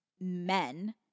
men